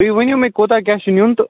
تُہۍ ؤنِو مےٚ کوٗتاہ کیٛاہ چھُ نیُن تہٕ